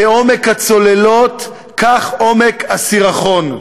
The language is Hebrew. כעומק הצוללות, כך עומק הסירחון.